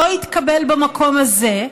לא התקבל במקום הזה,